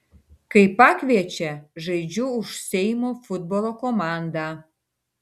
kai pakviečia žaidžiu už seimo futbolo komandą